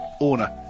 owner